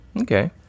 okay